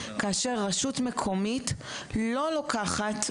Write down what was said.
כאשר רשות מקומית לא לוקחת,